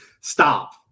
Stop